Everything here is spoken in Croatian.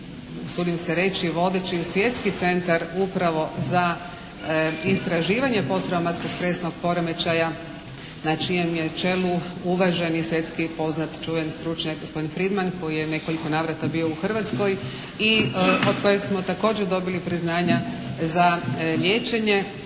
usudim se reći vodeći svjetski centar upravo za istraživanje posttraumatskog stresnog poremećaja na čijem je čelu uvaženi svjetski poznat čuveni stručnjak gospodin Freedman koji je u nekoliko navrata bio u Hrvatskoj i od kojeg smo također dobili priznanja za liječenje